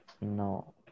No